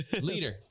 Leader